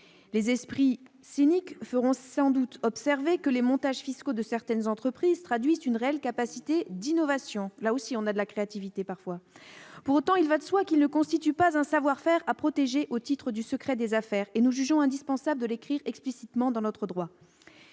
Les esprits cyniques feront sans doute observer que les montages fiscaux de certaines entreprises traduisent une réelle capacité d'innovation. Quelle créativité, parfois ! Pour autant, il va de soi qu'ils ne constituent pas un savoir-faire à protéger au titre du secret des affaires. Nous jugeons indispensable de l'écrire explicitement dans notre droit.